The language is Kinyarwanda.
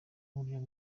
buryo